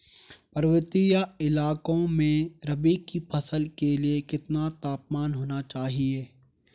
पर्वतीय इलाकों में रबी की फसल के लिए कितना तापमान होना चाहिए?